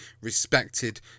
respected